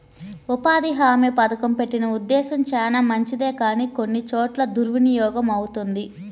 ఉపాధి హామీ పథకం పెట్టిన ఉద్దేశం చానా మంచిదే కానీ కొన్ని చోట్ల దుర్వినియోగమవుతుంది